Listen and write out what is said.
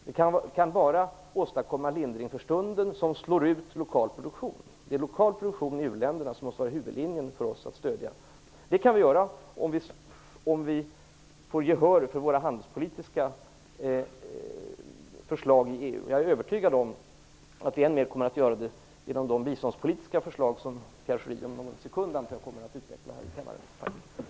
Det kan bara åstadkomma lindring för stunden som slår ut lokal produktion. Det är lokal produktion i u-länderna som måste vara huvudlinjen som vi skall stödja. Det kan vi göra om vi vår gehör för våra handelspolitiska förslag i EU. Jag är övertygad om att vi än mer kommer att göra det genom de biståndspolitiska förslag som Pierre Schori om någon sekund kommer att utveckla här i kammaren.